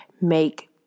make